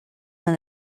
when